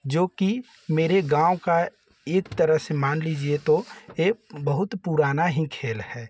जो कि मेरे गाँव का एक तरह से मान लीजिए तो यह बहुत पुराना ही खेल है